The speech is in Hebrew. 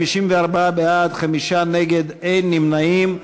54 בעד, חמישה נגד, אין נמנעים.